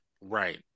Right